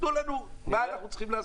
תגידו לנו מה אנחנו צריכים לעשות.